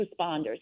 responders